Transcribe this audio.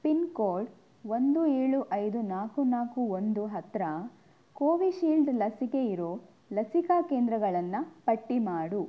pin code ಒಂದು ಏಳು ಐದು ನಾಲ್ಕು ನಾಲ್ಕು ಒಂದು ಹತ್ರ ಕೋವಿಶೀಲ್ಡ್ ಲಸಿಕೆ ಇರೋ ಲಸಿಕಾ ಕೆಂದ್ರಗಳನ್ನು ಪಟ್ಟಿ ಮಾಡು